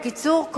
בקיצור,